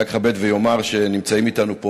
אני רק אכבד ואומר שנמצאים אתנו פה